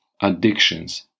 addictions